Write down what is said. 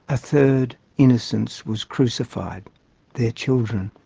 a third innocence was crucified their children.